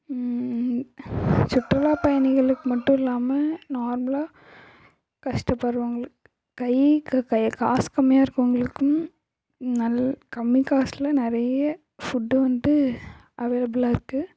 சுற்றுலா பயணிகளுக்கு மட்டும் இல்லாமல் நார்மலா கஷ்டப்படுறவங்களுக்கு கை கையில் காசு கம்மியாக இருக்கிறவங்களுக்கும் நல் கம்மி காசில் நிறைய ஃபுட்டு வந்துட்டு அவைலபிளாக இருக்குது